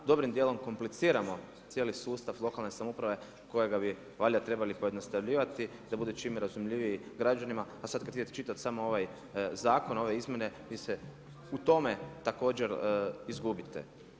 Dobrim dijelom kompliciramo cijeli sustav lokalne samouprave kojega bi valjda trebali pojednostavljivati da bude čim razumljiviji građanima a sad kada idete čitati samo ovaj zakon, ove izmjene, vi se u tome također izgubite.